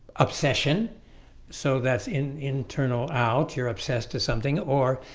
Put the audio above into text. obsession so that's in internal out you're obsessed to something or